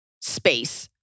space